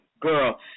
girl